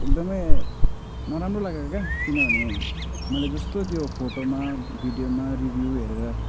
एकदमै नराम्रो लागेको क्या किनभने मैले जस्तो त्यो फोटोमा भिडियोमा रिभ्यु हेरेर